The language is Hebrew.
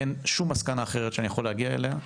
אין שום מסקנה אחרת שאני יכול להגיע אליה,